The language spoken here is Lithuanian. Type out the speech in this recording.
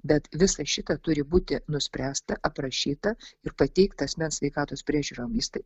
bet visa šita turi būti nuspręsta aprašyta ir pateikta asmens sveikatos priežiūrom įstai